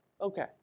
okay